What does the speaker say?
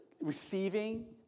receiving